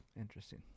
Interesting